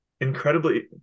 incredibly